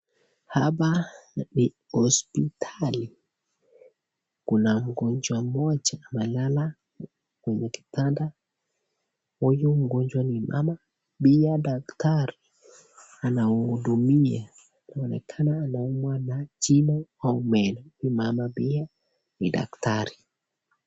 Hapa ni hospitali, kuna mgonjwa moja amelala kwenye kitanda huyu mgonjwa ni mama pia daktari anamhudumia ni kama anaumwa na jino au meno. Huyu mama pia ni daktari.